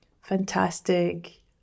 fantastic